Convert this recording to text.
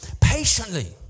patiently